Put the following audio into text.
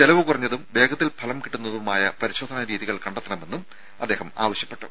ചിലവു കുറഞ്ഞതും വേഗത്തിൽ ഫലം കിട്ടുന്നതുമായി പരിശോധനാ രീതികൾ കണ്ടെത്തണമെന്നും അദ്ദേഹം ആവശ്യപ്പെട്ടു